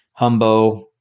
Humbo